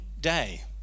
day